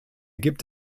gibt